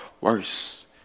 worse